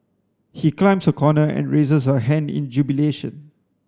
he climbs a corner and raises a hand in jubilation